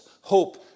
hope